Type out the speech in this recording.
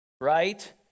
right